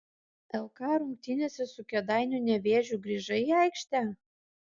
lkl rungtynėse su kėdainių nevėžiu grįžai į aikštę